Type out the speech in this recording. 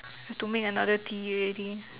have to make another tea already